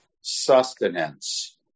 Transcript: sustenance